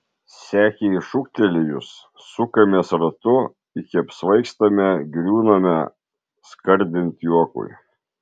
sekei šūktelėjus sukamės ratu iki apsvaigstame griūname skardint juokui